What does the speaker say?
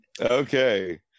Okay